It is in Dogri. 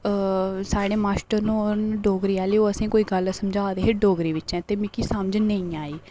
साढ़े मास्टर न डोगरी आह्ले ओह् असें गी कोई गल्ल समझा दे हे डोगरी बिच्चै ते मिगी समझ नेईं आई